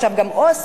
עכשיו גם "אסם",